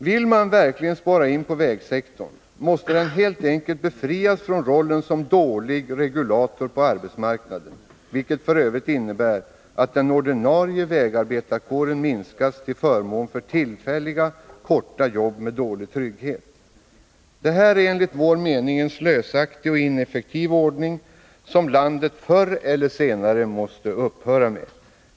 Vill man verkligen spara in på vägsektorn måste den helt enkelt befrias från rollen som dålig regulator på arbetsmarknaden, en roll som f. ö. innebär att den ordinarie vägarbetarkåren minskas till förmån för tillfälliga, korta jobb med dålig trygghet. Det är enligt vår mening en slösaktig och ineffektiv ordning som landet förr eller senare måste upphöra med.